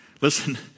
Listen